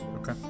okay